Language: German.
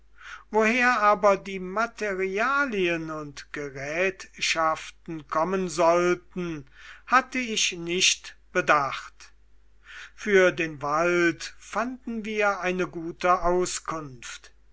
woher aber die materialien und gerätschaften kommen sollten hatte ich nicht bedacht für den wald fanden wir eine gute auskunft